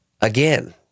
again